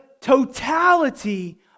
totality